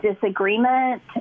disagreement